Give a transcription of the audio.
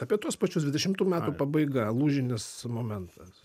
apie tuos pačius dvidešimtų metų pabaiga lūžinis momentas